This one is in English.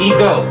Ego